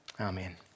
Amen